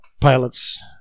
pilots